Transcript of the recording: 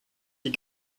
die